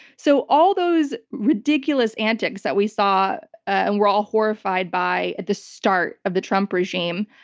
so all those ridiculous antics that we saw and were all horrified by at the start of the trump regime,